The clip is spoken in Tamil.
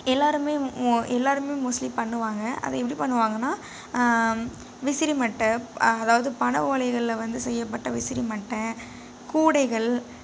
எல்லாரும் எல்லாரும் மோஸ்ட்லீ பண்ணுவாங்க அது எப்படி பண்ணுவாங்கனா விசிறி மட்டை அதாவது பனை ஓலைகளில் வந்து செய்யப்பட்ட விசிறி மட்டை கூடைகள்